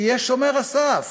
תהיה שומר הסף,